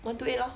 one two eight lor